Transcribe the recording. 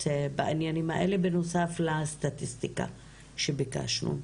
בעניינים האלה בנוסף לסטטיסטיקה שביקשנו.